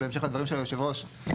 בהמשך לדברים של יושב הראש,